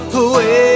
away